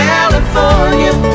California